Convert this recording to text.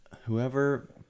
Whoever